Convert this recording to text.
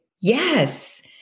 yes